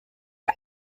der